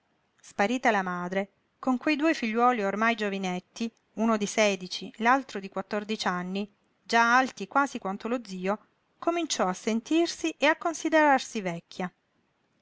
sparita la madre con quei due figliuoli ormai giovinetti uno di sedici l'altro di quattordici anni già alti quasi quanto lo zio cominciò a sentirsi e a considerarsi vecchia